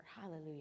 Hallelujah